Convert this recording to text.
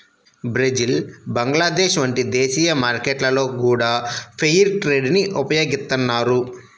Brazil Bangladesh వంటి దేశీయ మార్కెట్లలో గూడా ఫెయిర్ ట్రేడ్ ని ఉపయోగిత్తన్నారు